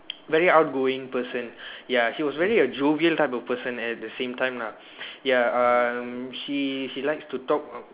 very outgoing person ya she was very a jovial type of person at the same time lah ya um she she likes to talk